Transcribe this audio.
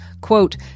quote